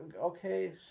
Okay